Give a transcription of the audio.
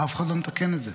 ואף אחד לא מתקן את זה.